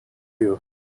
you